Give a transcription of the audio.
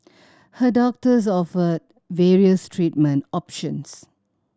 her doctors offered various treatment options